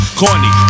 corny